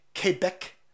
Quebec